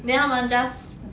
then 他们 just